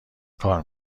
کار